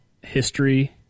history